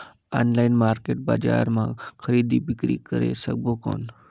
Online market बजार मां खरीदी बीकरी करे सकबो कौन?